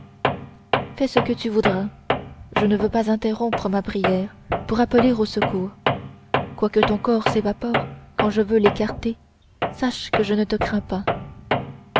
fais ce que tu voudras je ne veux pas interrompre ma prière pour appeler au secours quoique ton corps s'évapore quand je veux l'écarter sache que je ne te crains pas